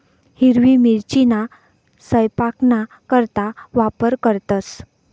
हिरवी मिरचीना सयपाकना करता वापर करतंस